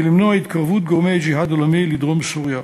למנוע התקרבות גורמי ג'יהאד עולמי לדרום סוריה.